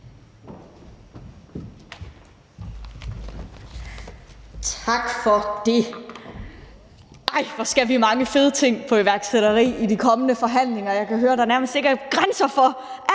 Tak for det. Ej, hvor skal vi mange fede ting i forhold til iværksætteri i de kommende forhandlinger. Jeg kan høre, der nærmest ikke er grænser for alt